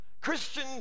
Christian